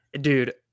dude